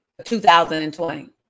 2020